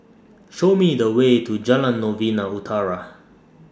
Show Me The Way to Jalan Novena Utara